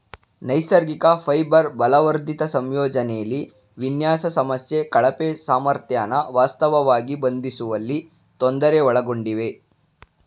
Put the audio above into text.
ನೈಸರ್ಗಿಕ ಫೈಬರ್ ಬಲವರ್ಧಿತ ಸಂಯೋಜನೆಲಿ ವಿನ್ಯಾಸ ಸಮಸ್ಯೆ ಕಳಪೆ ಸಾಮರ್ಥ್ಯನ ವಾಸ್ತವವಾಗಿ ಬಂಧಿಸುವಲ್ಲಿ ತೊಂದರೆ ಒಳಗೊಂಡಿವೆ